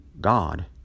God